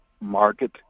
market